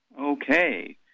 Okay